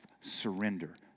surrender